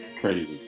Crazy